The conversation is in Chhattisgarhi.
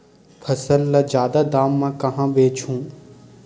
फसल ल जादा दाम म कहां बेचहु?